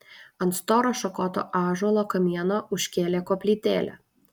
ant storo šakoto ąžuolo kamieno užkėlė koplytėlę